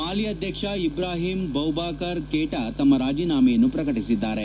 ಮಾಲಿ ಅಧ್ಯಕ್ಷ Ibrahim Boubacar Keita ತಮ್ಮ ರಾಜೀನಾಮೆಯನ್ನು ಪ್ರಕಟಿಸಿದ್ದಾರೆ